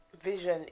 vision